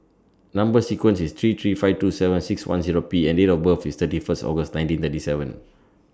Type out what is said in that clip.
Number sequence IS three three five two seven six one Zero P and Date of birth IS thirty First August nineteen thirty seven